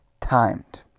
timed